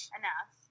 enough